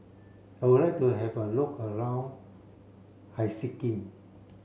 I would like to have a look around Helsinki